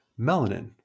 melanin